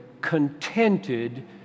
contented